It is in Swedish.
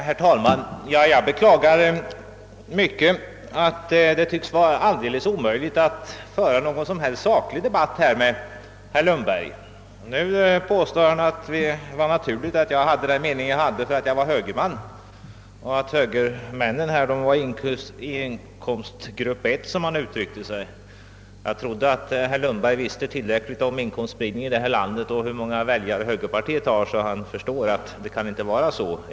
Herr talman! Jag beklagar mycket att det tycks vara alldeles omöjligt att föra någon som helst saklig debatt med herr Lundberg. Nu påstod herr Lundberg att det var naturligt att jag hyste min mening därför att jag är bögerman och högerrepresentanterna tillhör inkomstgrupp 1, som han uttryckte sig. Jag trodde att herr Lundberg visste tillräckligt om inkomstbildning i det här landet och om hur många väljare högerpartiet har för att förstå att det inte kan förhålla sig så.